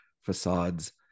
facades